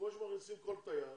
כמו שמכניסים כל תייר,